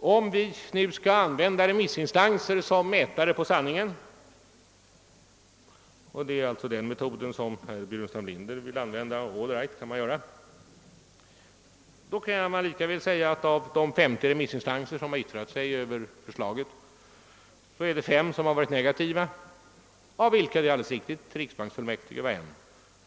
Men om vi nu skall använda remissinstanser som mätare på sanningen — och det är alltså den metod som herr Burenstam Linder vill tillämpa, vilket man naturligtvis kan göra — kunde vi lika väl säga att endast 5 av de 50 remissinstanser som yttrat sig över förslaget har varit negativa — en av dem var mycket riktigt riksbanksfullmäktige.